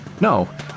No